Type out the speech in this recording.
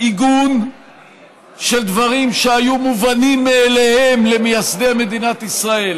עיגון של דברים שהיו מובנים מאליהם למייסדי מדינת ישראל,